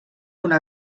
una